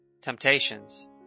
temptations